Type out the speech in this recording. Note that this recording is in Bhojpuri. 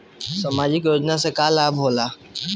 समाजिक योजना से का लाभ होखेला?